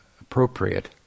appropriate